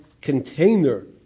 container